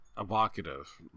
evocative